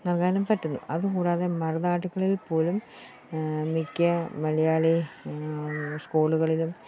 നൽകാനും പറ്റുന്നു അതുകൂടാതെ മറുനാടുകളിൽപ്പോലും മിക്ക മലയാളി സ്കൂളുകളിലും